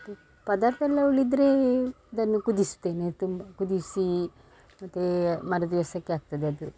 ಮತ್ತೆ ಪದಾರ್ಥ ಎಲ್ಲ ಉಳಿದ್ರೆ ಅದನ್ನು ಕುದಿಸುತ್ತೇನೆ ತುಂಬ ಕುದಿಸಿ ಮತ್ತೆ ಮರುದಿವಸಕ್ಕೆ ಆಗ್ತದೆ ಅದು